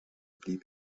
blieb